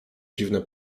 dziwne